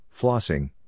flossing